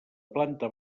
planta